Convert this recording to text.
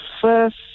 first